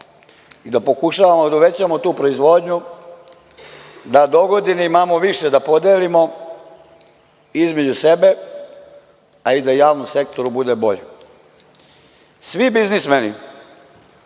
i da pokušavamo da uvećamo tu proizvodnju, da dogodine imamo više da podelimo između sebe, a i da javnom sektoru bude bolje. Svi biznismeni